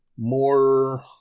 more